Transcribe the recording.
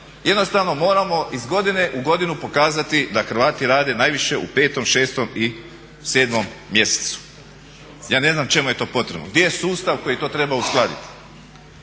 Jednostavno moramo iz godine u godinu pokazati da Hrvati rade najviše u 5., 6.i 7.mjesecu. Ja ne znam čemu je to potrebno. Gdje je sustav koji to treba uskladiti?